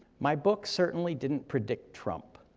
my book certainly didn't predict trump,